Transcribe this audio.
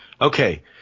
Okay